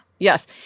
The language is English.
Yes